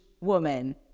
woman